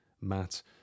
Matt